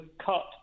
cut